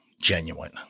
genuine